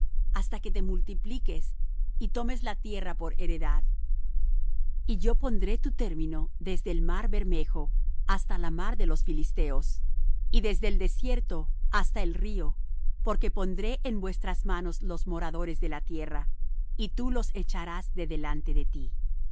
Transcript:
hasta que te multipliques y tomes la tierra por heredad y yo pondré tu término desde el mar bermejo hasta la mar de palestina y desde el desierto hasta el río porque pondré en vuestras manos los moradores de la tierra y tú los echarás de delante de ti